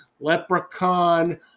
Leprechaun